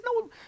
no